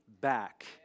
back